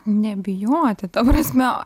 nebijoti ta prasme